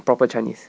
proper chinese